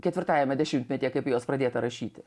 ketvirtajame dešimtmetyje kai apie juos pradėta rašyti